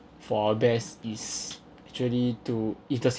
for best is actually to if the